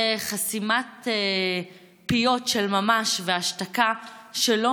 והוא חסימת פיות של ממש והשתקה של לא